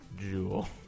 Jewel